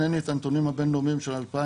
אין לי את הנתונים הבינלאומיים של 2022,